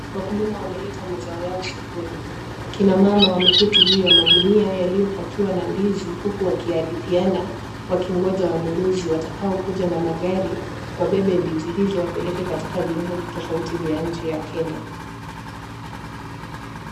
Wakulima wameleta mazao yao sokoni, akina mama wameketi juu ya magunia yaliyopakiwa na ndizi huku wakihadithiana wakingoja wanunuzi watakao kuja na magari wabebe ndizi hizo wapeleke katika viungo tofauti vya nchi ya Kenya.